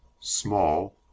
small